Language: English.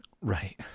Right